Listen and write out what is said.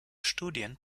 studien